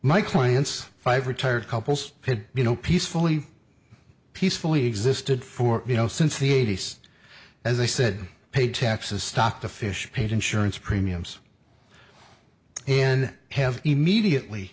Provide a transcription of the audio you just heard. my clients five retired couples you know peacefully peacefully existed for you know since the eighty's as i said pay taxes stock the fish paid insurance premiums and have immediately